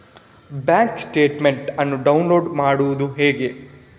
Bank statement ಅನ್ನು download ಮಾಡುವುದು ಹೇಗೆ?